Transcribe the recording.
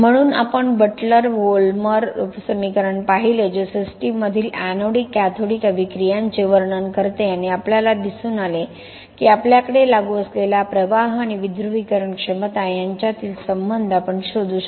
म्हणून आपण Butler Volmer समीकरण पाहिले जे सिस्टममधील एनोडिक कॅथोडिक अभिक्रियांचे वर्णन करते आणि आपल्याला दिसून आले की आपल्याकडे लागू असलेला प्रवाह आणि विध्रुवीकरण क्षमता यांच्यातील संबंध आपण शोधू शकतो